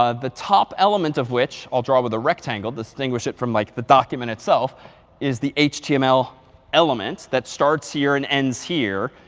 ah the top element of which i'll draw with a rectangle, distinguish it from like the document itself is the html element that starts here and ends here.